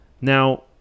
now